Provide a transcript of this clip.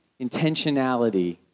intentionality